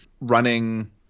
running